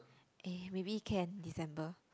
eh maybe can December